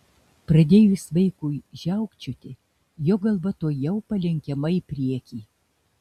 pradėjus vaikui žiaukčioti jo galva tuojau palenkiama į priekį